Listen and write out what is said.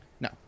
no